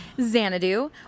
Xanadu